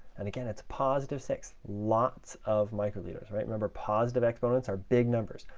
and again, it's positive six. lots of microliters, right? remember, positive exponents are big numbers.